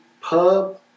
pub